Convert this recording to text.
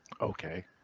Okay